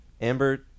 amber